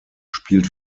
spielt